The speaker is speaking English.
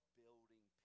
building